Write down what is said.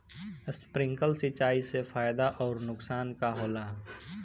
Sprinkler सिंचाई से फायदा अउर नुकसान का होला?